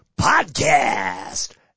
podcast